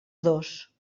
dos